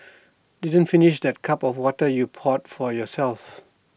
didn't finish that cup of water you poured for yourself